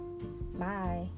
Bye